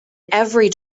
every